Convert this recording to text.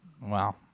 Wow